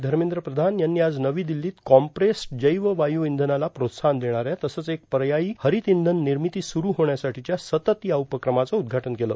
धर्मेद्र प्रधान यांनी आज नवी दिल्लीत कॉम्प्रेस्ड जैव वायू इंधनाला प्रोत्साहन देणाऱ्या तसंच एक पर्यायी हरित इंधन निर्मिती स्रुठ होण्यासाठीच्या सतत या उपक्रमाचं उद्घाटन केलं